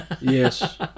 Yes